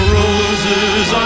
roses